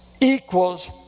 equals